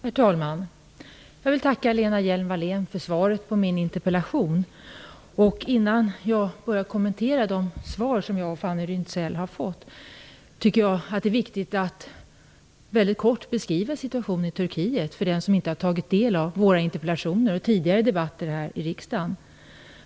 Herr talman! Jag vill tacka Lena Hjelm-Wallén för svaret på min interpellation. Innan jag börjar kommentera de svar som jag och Fanny Rizell har fått tycker jag att det är viktigt att mycket kort beskriva situationen i Turkiet för den som inte har tagit del av våra interpellationer och tidigare debatter här i riksdagen.